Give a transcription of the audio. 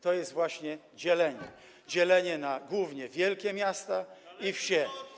To jest właśnie dzielenie, dzielenie głównie na wielkie miasta i wsie.